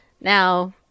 Now